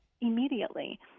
immediately